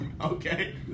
Okay